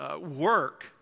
work